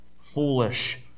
foolish